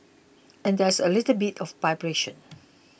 and there's a little bit of vibration